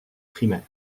primaire